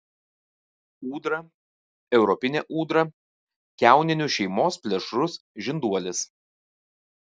ūdra europinė ūdra kiauninių šeimos plėšrus žinduolis